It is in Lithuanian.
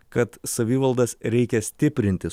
kad savivaldas reikia stiprinti